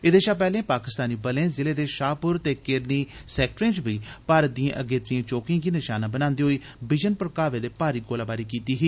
एहदे शा पैहले पाकिस्तानी बलें जिले दे शाहपुर ते केरनी सेक्टरें च बी भारत दिएं अगेत्रिएं चौकिएं गी नशाना बनांदे होई बिजन भड़कावे दे भारी गोलाबारी कीती ही